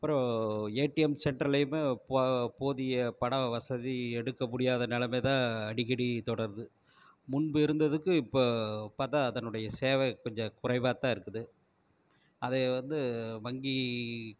அப்புறம் ஏடிஎம் சென்டர்லேயுமே போ போதிய பண வசதி எடுக்க முடியாத நிலமை தான் அடிக்கடி தொடருது முன்பு இருந்ததுக்கு இப்போ பார்த்தா அதனுடைய சேவை கொஞ்சம் குறைவாக தான் இருக்குது அதை வந்து வங்கி